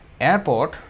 Airport